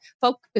focus